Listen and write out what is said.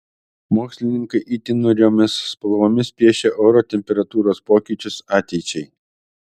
mokslininkai itin niūriomis spalvomis piešia oro temperatūros pokyčius ateičiai